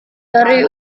hari